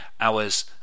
hours